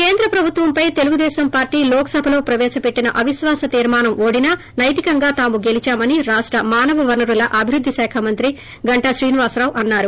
కేంద్ర ప్రభుత్వంపై తెలుగుదేశం పార్లీ లోక్ సభలో పెట్టిన అవిశ్వాస తీర్మానం ఓడినా నైతికంగా తాము గెలిచామని రాష్ట మానవవనరుల అభివృద్ధి శాఖ మంత్రి గంటా శ్రీనివాసరావు అన్నారు